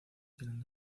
tienen